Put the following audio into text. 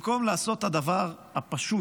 במקום לעשות את הדבר הפשוט,